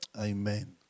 Amen